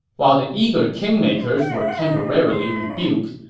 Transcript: while the eager kingmakers were temporarily rebuked,